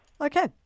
Okay